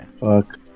Fuck